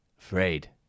Afraid